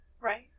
Right